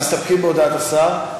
מסתפקים בהודעת השר.